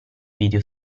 video